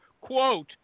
quote